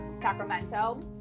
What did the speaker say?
Sacramento